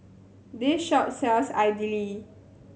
this shop sells idly